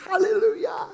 Hallelujah